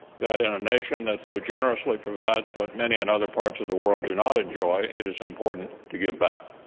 that in a nation that so generously provides what many in other parts of the world do not enjoy, it is important to give back.